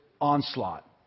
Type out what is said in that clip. onslaught